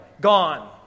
Gone